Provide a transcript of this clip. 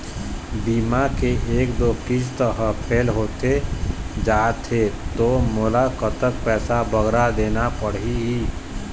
बीमा के एक दो किस्त हा फेल होथे जा थे ता मोला कतक पैसा बगरा देना पड़ही ही?